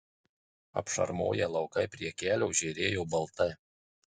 apšarmoję laukai prie kelio žėrėjo baltai